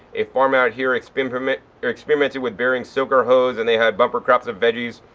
a farmer out here experimented experimented with burying soaker hose and they had bumper crops of veggies.